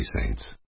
Saints